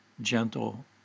gentle